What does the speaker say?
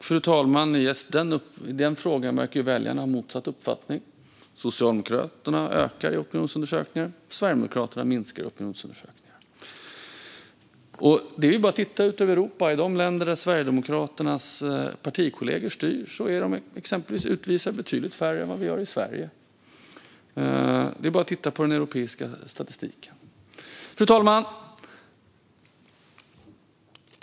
Fru ålderspresident! I denna fråga verkar väljarna ha motsatt uppfattning. Socialdemokraterna ökar i opinionsundersökningar, och Sverigedemokraterna minskar i opinionsundersökningar. Det är bara att titta ut över Europa. I de länder där Sverigedemokraternas partikollegor styr utvisar man betydligt färre än vad vi gör i Sverige, exempelvis. Det är bara att titta på den europeiska statistiken. Fru ålderspresident!